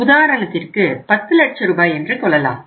உதாரணத்திற்கு 10 லட்ச ரூபாய் என்று கொள்ளலாம்